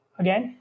again